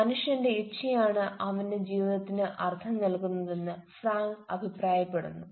മനുഷ്യന്റെ ഇച്ഛയാണ് അവന്റെ ജീവിതത്തിനു അർഥം നൽകുന്നതെന്ന് ഫ്രാങ്ക് അഭിപ്രായപ്പെടുന്നു